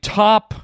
top